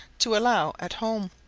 to allow at home.